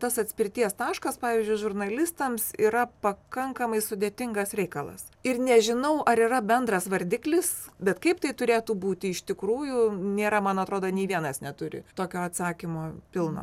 tas atspirties taškas pavyzdžiui žurnalistams yra pakankamai sudėtingas reikalas ir nežinau ar yra bendras vardiklis bet kaip tai turėtų būti iš tikrųjų nėra man atrodo nė vienas neturi tokio atsakymo pilno